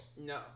no